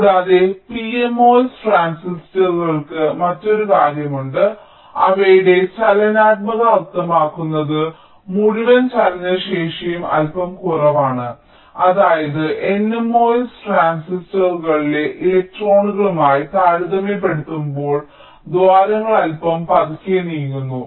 കൂടാതെ pMOS ട്രാൻസിസ്റ്ററുകൾക്ക് മറ്റൊരു കാര്യമുണ്ട് അവയുടെ ചലനാത്മകത അർത്ഥമാക്കുന്നത് മുഴുവൻ ചലനശേഷിയും അല്പം കുറവാണ് അതായത് nMOS ട്രാൻസിസ്റ്ററുകളിലെ ഇലക്ട്രോണുകളുമായി താരതമ്യപ്പെടുത്തുമ്പോൾ ദ്വാരങ്ങൾ അല്പം പതുക്കെ നീങ്ങുന്നു